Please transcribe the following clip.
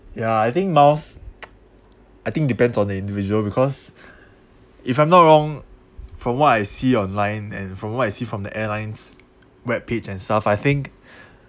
ya I think miles I think depends on the individual because if I'm not wrong from what I see online and from what I see from the airline's web page and stuff I think